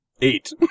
Eight